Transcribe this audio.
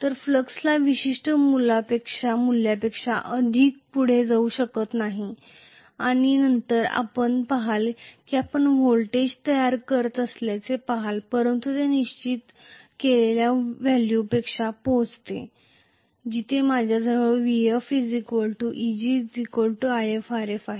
तर फ्लक्स विशिष्ट मूल्यापेक्षा अधिक पुढे जाऊ शकत नाही आणि नंतर आपण पहाल की आपण व्होल्टेज तयार करत असल्याचे पहाल परंतु ते निश्चित केलेल्या व्हॅल्यूपर्यंत पोहोचते जिथे माझ्याजवळ Vf Eg If Rf